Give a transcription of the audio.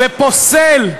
ופוסל,